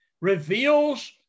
Reveals